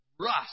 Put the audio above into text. rust